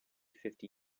fifty